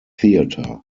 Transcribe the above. theater